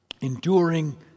enduring